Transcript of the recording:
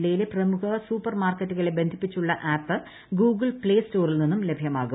ജില്ലയിലെ പ്രമുഖ സൂപ്പർ മാർക്കറ്റുകളെ ബന്ധിപ്പിച്ചിട്ടുള്ള ആപ്പ് ഗൂഗിൾ പ്ലേ സ്റ്റോറിൽ നിന്ന് ലഭ്യമാകും